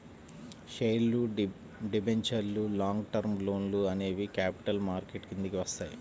షేర్లు, డిబెంచర్లు, long term లోన్లు అనేవి క్యాపిటల్ మార్కెట్ కిందికి వత్తయ్యి